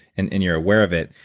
and and you're aware of it.